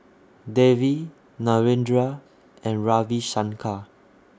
Devi Narendra and Ravi Shankar